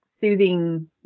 soothing